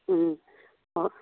ꯎꯝ ꯑꯣ